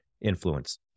influence